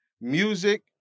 music